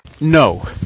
no